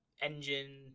engine